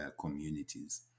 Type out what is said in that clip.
communities